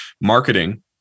marketing